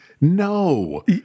no